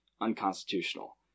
unconstitutional